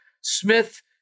Smith